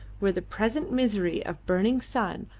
where the present misery of burning sun,